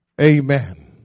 Amen